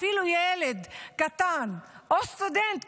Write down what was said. אפילו ילד קטן או סטודנט,